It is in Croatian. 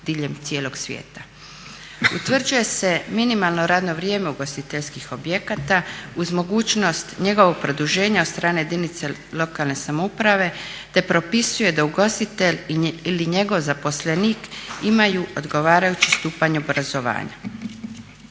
Utvrđuje se minimalno radno vrijeme ugostiteljskih objekata uz mogućnost njegovog produženja od strane jedinice lokalne samouprave te propisuje da ugostitelj ili njego zaposlenik imaju odgovarajući stupanj obrazovanja.